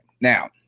Now